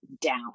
down